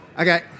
Okay